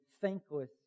thankless